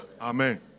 Amen